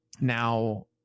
Now